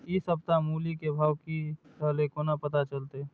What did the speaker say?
इ सप्ताह मूली के भाव की रहले कोना पता चलते?